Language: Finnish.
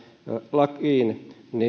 lakiin